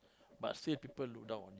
but still people look down on you